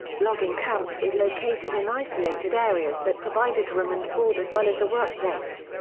logging camps were located in isolated areas that provided room and board as well as a workplace.